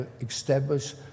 establish